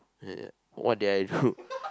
uh what did I do